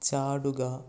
ചാടുക